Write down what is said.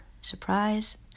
surprise